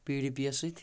P D P یس سۭتۍ